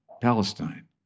Palestine